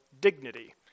dignity